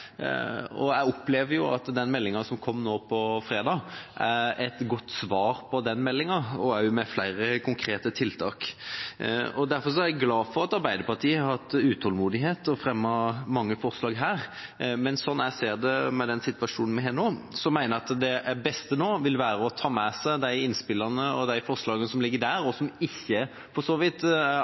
og jeg opplever at den meldinga som kom nå på fredag, er et godt svar på den meldinga og også med flere konkrete tiltak. Derfor er jeg glad for at Arbeiderpartiet har hatt utålmodighet og fremmet forslag til mange tiltak her. Slik jeg ser det i den situasjonen vi har nå, vil det beste være å ta med seg de innspillene og de forslagene som ligger der, og som for så vidt